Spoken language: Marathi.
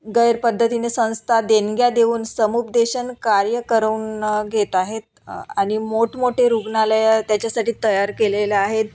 गैर पद्धतीने संस्था देणग्या देऊन समुपदेशन कार्य करवून घेत आहेत आणि मोठमोठे रुग्णालयं त्याच्यासाठी तयार केलेले आहेत